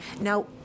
now